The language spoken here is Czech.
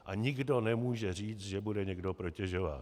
A nikdo nemůže říct, že bude někdo protežován.